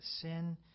sin